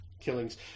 killings